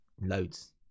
loads